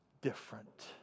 different